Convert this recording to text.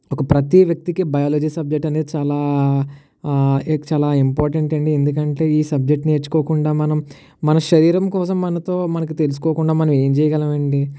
ఒక ప్రతీ వ్యక్తికి బయాలజీ సబ్జెక్ట్ అనేది చాలా చాలా ఇంపార్టెంట్ అండి ఎందుకంటే ఈ సబ్జెక్ట్ నేర్చుకోకుండా మనం మన శరీరం కోసం మనతో మనకి తెలుసుకోకుండా మనం ఏం చేయగలము అండి